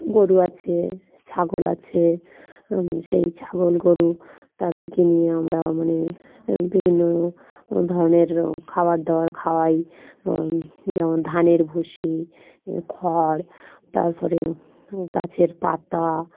গরু আছে ছাগল আছে সেই ছাগল গরু তাদেরকে নিয়ে আমরা মানে বিভিন্ন ধরনের খাবার দওয়ার খাওয়াই যেমন ধানের ভুষি খড় তারপরে গাছের পাতা